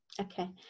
Okay